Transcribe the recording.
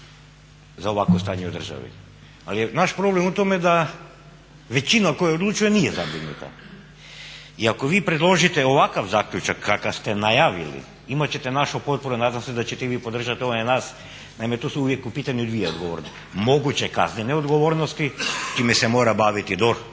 za ovakvo stanje u državi, ali je naš problem u tome da većina koja odlučuje nije zabrinuta i ako vi predložite ovakav zaključak kakav ste najavili imat ćete našu potporu, a nadam se da ćete i vi podržat nas. Naime, tu su uvijek u pitanju dvije odgovornosti, moguće kaznene odgovornosti čime se mora baviti DORH,